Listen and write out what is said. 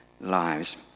lives